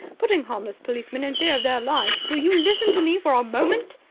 putting harmless policemen in fear of their lives. will you listen to me for a moment?